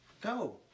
Go